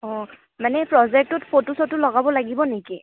অঁ মানে প্ৰজেক্টটোত ফটো চটো লগাব লাগিব নেকি